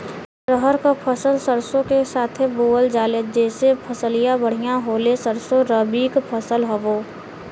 रहर क फसल सरसो के साथे बुवल जाले जैसे फसलिया बढ़िया होले सरसो रबीक फसल हवौ